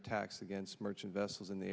attacks against merchant vessels in the